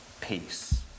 Peace